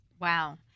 Wow